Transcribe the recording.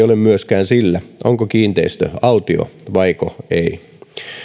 ole myöskään sillä onko kiinteistö autio vaiko ei